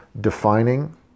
defining